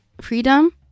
freedom